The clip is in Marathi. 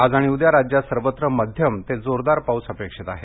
आज आणि उदया राज्यात सर्वत्र मध्यम ते जोरदार पाऊस अपेक्षित आहे